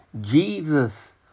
Jesus